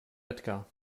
edgar